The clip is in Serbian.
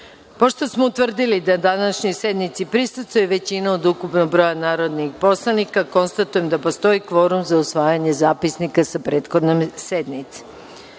smo utvrdili da današnjoj sednici prisustvuje većina od ukupnog broja narodnih poslanika, konstatujem da postoji kvorum za usvajanje zapisnika sa prethodne